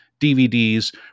DVDs